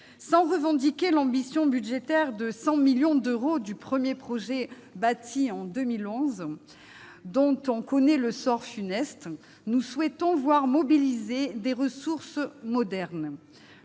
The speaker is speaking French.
Sans revendiquer l'ambition budgétaire de 100 millions d'euros du premier projet bâti en 2011, dont on connaît le sort funeste, nous souhaitons voir mobilisées des ressources « modernes